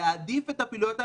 להעדיף את הפעילויות הללו.